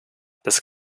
das